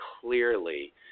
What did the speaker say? clearly